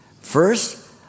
First